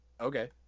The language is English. Okay